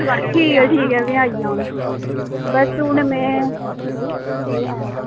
ठीक ऐ ठीक ऐ में आई जाङन बस हून में